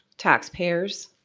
taxpayers,